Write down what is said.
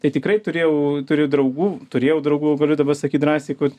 tai tikrai turėjau turiu draugų turėjau draugų galiu dabar sakyt drąsiai kad